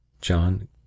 John